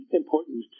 important